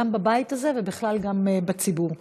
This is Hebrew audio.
גם בבית הזה וגם בציבור בכלל.